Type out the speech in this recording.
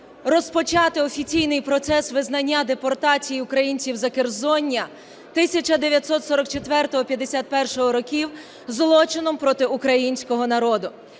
розпочати офіційний процес визнання депортації українців Закерзоння 1944-1951 років злочином проти українського народу.